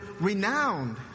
renowned